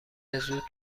زود